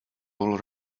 all